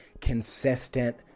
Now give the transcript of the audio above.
consistent